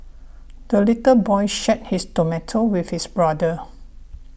the little boy shared his tomato with his brother